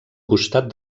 costat